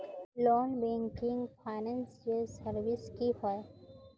Non banking financial services की होय?